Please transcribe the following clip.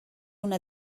una